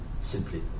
simply